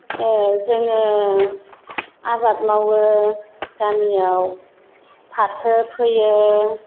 जोङो आबाद मावो गामियाव फाथो फोयो